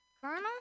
Colonel